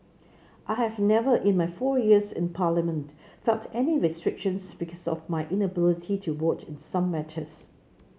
I have never in my four years in Parliament felt any restrictions because of my inability to vote in some matters